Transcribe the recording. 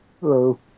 Hello